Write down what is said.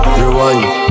rewind